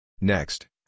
Next